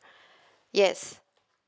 yes